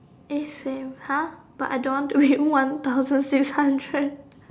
eh same !huh! but I don't want to be one thousand six hundred